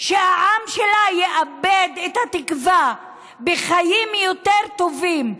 שהעם שלה יאבד את התקווה לחיים יותר טובים,